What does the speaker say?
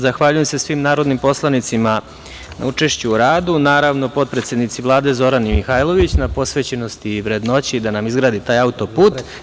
Zahvaljujem se svim narodnim poslanicima na učešću u radu, naravno potpredsednici Vlade, Zorani Mihajlović na posvećenosti i vrednoći da nam izgradi taj autoput.